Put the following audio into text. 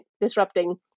disrupting